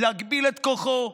להגביל את כוחו,